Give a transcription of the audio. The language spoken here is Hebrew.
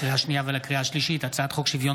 לקריאה שנייה ולקריאה שלישית: הצעת חוק שוויון